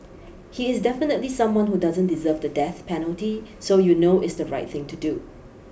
he is definitely someone who doesn't deserve the death penalty so you know it's the right thing to do